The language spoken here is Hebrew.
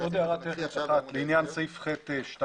עוד הערה טכנית אחת לעניין סעיף (ח)(2),